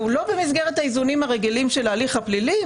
לא במסגרת האיזונים הרגילים של ההליך הפלילי,